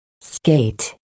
Skate